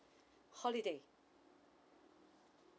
holiday